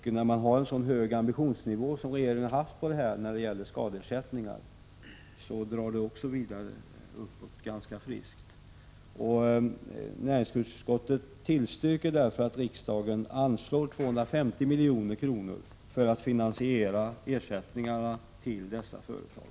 Regeringen har en mycket hög ambitionsnivå när det gäller att betala ut ersättningar för skador. Näringsutskottet tillstyrker därför att riksdagen anslår 250 milj.kr. för att finansiera ersättningarna till dessa företag.